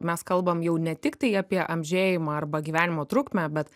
mes kalbam jau ne tiktai apie amžėjimą arba gyvenimo trukmę bet